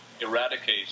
eradicate